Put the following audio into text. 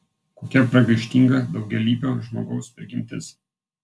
kokia pragaištinga daugialypio žmogaus prigimtis